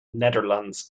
netherlands